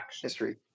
History